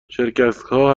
شرکتها